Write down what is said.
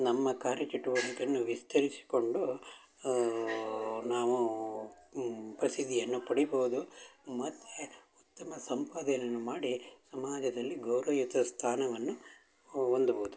ನಮ್ಮ ಕಾರ್ಯ ಚಟುವಟಿಕೆಯನ್ನು ವಿಸ್ತರಿಸಿಕೊಂಡು ನಾವೂ ಪ್ರಸಿದ್ದಿಯನ್ನು ಪಡಿಬೋದು ಮತ್ತು ಉತ್ತಮ ಸಂಪಾದನೆಯನ್ನು ಮಾಡಿ ಸಮಾಜದಲ್ಲಿ ಗೌರವಯುತ ಸ್ಥಾನವನ್ನು ಹೊಂದ್ಬೋದು